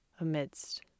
amidst